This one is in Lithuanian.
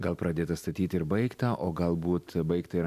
gal pradėta statyti ir baigta o galbūt baigta ir